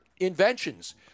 inventions